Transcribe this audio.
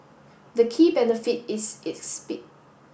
the key benefit is its speed